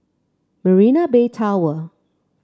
Marina Bay Tower